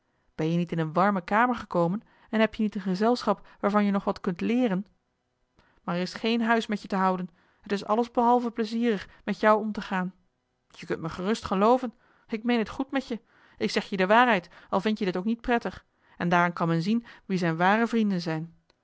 ben je niet in een warme kamer gekomen en heb je niet een gezelschap waarvan je nog wat kunt leeren maar er is geen huis met je te houden en het is alles behalve plezierig met jou om te gaan je kunt mij gerust gelooven ik meen het goed met je ik zeg je de waarheid al vind je dit ook niet prettig en daaraan kan men zien wie zijn ware vrienden zijn